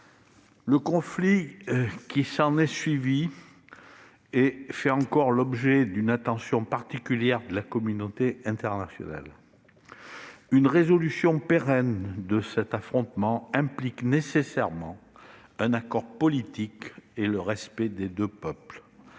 Le conflit qui s'est ensuivi fait encore l'objet d'une attention particulière de la communauté internationale. Une résolution pérenne de cet affrontement implique nécessairement un accord politique et le respect des deux peuples.